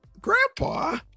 grandpa